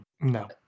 no